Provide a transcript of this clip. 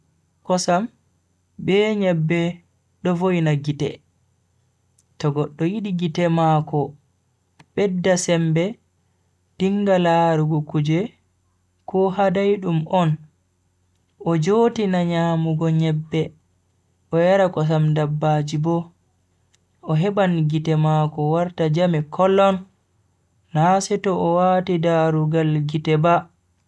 Kosam, be nyebbe do voina gite. to goddo yidi gite mako bedda sembe dinga larugo kuje ko ha daidum on, o jotina nyamugo nyebbe o yara kosam dabbaji bo. o heban gite mako warta jame kolon na seto o wati darugal gite ba.